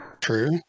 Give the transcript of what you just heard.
true